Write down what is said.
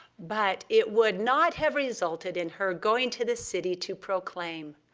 but it would not have resulted in her going to the city to proclaim,